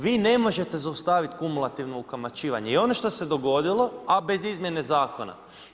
Vi ne možete zaustavit kumulativno ukamaćivanje i ono što se dogodilo, a bez izmjene zakona.